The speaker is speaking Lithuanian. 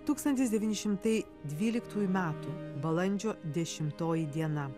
tūkstantis devyni šimtai dvyliktųjų metų balandžio dešimtoji diena